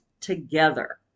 together